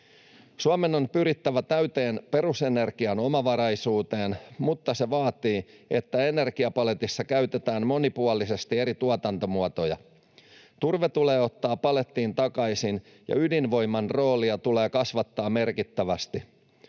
Suomen on pyrittävä täyteen perusenergian omavaraisuuteen, mutta se vaatii, että energiapaletissa käytetään monipuolisesti eri tuotantomuotoja. Turve tulee ottaa palettiin takaisin ja ydinvoiman roolia tulee kasvattaa merkittävästi.